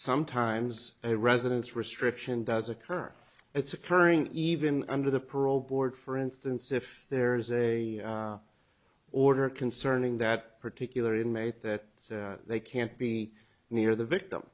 sometimes a residence restriction does occur it's occurring even under the parole board for instance if there's a order concerning that particular inmate that they can't be near the victim